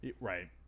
Right